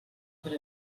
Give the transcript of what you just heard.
per